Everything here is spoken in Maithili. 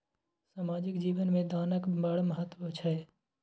सामाजिक जीवन मे दानक बड़ महत्व छै